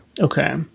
Okay